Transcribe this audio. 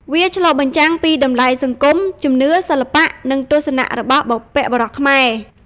វាឆ្លុះបញ្ចាំងពីតម្លៃសង្គម ជំនឿ សិល្បៈ និងទស្សនៈរបស់បុព្វបុរសខ្មែរ។